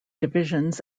divisions